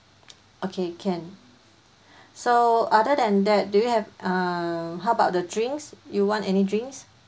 okay can so other than that do you have uh how about the drinks you want any drinks